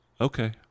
okay